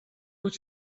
wyt